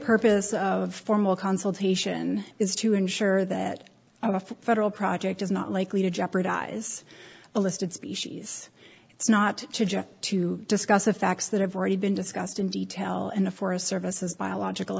purpose of formal consultation is to ensure that our federal project is not likely to jeopardize the listed species it's not to discuss the facts that have already been discussed in detail and the forest service has biological